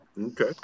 Okay